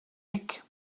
ric